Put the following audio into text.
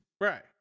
Right